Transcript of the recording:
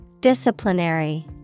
Disciplinary